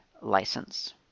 license